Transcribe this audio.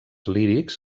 lírics